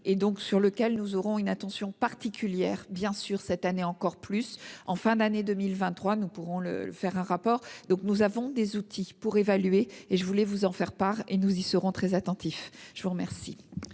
et donc sur lequel nous aurons une attention particulière bien sûr cette année encore plus en fin d'année 2023, nous pourrons le faire un rapport donc nous avons des outils pour évaluer et je voulais vous en faire part et nous y serons très attentifs. Je vous remercie.